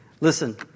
Listen